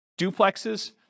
duplexes